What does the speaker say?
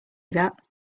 that